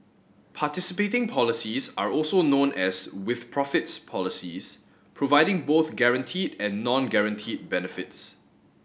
participating policies are also known as with profits policies providing both guaranteed and non guaranteed benefits